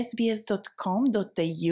sbs.com.au